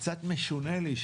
קצת משונה לי,